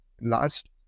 last